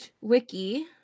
Wiki